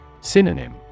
Synonym